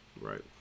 right